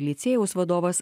licėjaus vadovas